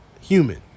human